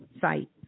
site